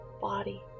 body